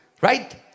Right